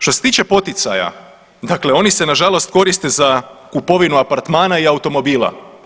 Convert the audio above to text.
Što se tiče poticaja, dakle oni se nažalost koriste za kupovinu apartmana i automobila.